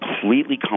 completely